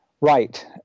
Right